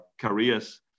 careers